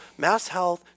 MassHealth